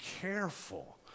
careful